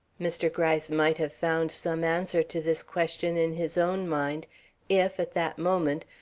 mr. gryce might have found some answer to this question in his own mind if, at that moment,